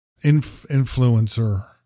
influencer